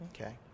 Okay